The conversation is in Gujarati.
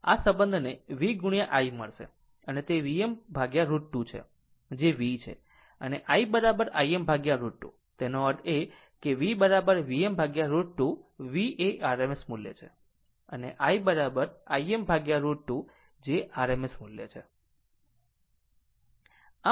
આ સંબંધને V I મળશે અને તે Vm√ 2 છે જે V છે અનેI Im√ 2 તેનો અર્થ એ કે V Vm√ 2 V એ RMS મૂલ્ય છે અને I Im√ 2 જે RMS મૂલ્ય છે